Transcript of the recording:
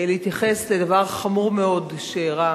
להתייחס לדבר חמור מאוד שאירע